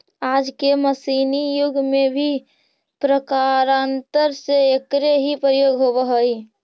आज के मशीनी युग में भी प्रकारान्तर से एकरे ही प्रयोग होवऽ हई